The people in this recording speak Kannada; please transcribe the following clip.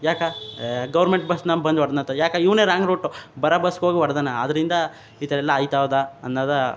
ಯಾಕೆ ಏ ಗವರ್ಮೆಂಟ್ ಬಸ್ನವು ಬಂದು ಹೊಡ್ನಂತ ಯಾಕೆ ಇವನೇ ರಾಂಗ್ ರೂಟು ಬರೋ ಬಸ್ಸಿಗೋಗಿ ಹೊಡೆದಾನ ಆದ್ದರಿಂದ ಈ ಥರ ಎಲ್ಲ ಆಯ್ತದ ಅನ್ನೋದು